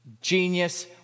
Genius